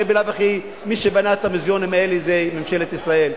הרי בלאו הכי מי שבנה את המוזיאונים זה ממשלת ישראל,